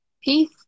Peace